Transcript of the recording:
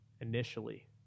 initially